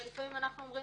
לפעמים אנחנו אומרים: